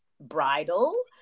bridal